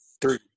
three